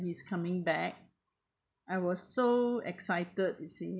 he's coming back I was so excited to see